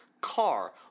car